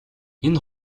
энэ